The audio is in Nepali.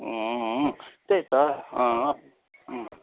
अँ त्यही त अँ